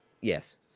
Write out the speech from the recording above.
yes